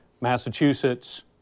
Massachusetts